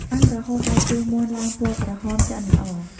អាំងរហូតដល់ជើងមាន់ឡើងពណ៌ក្រហមឆ្អិនល្អ។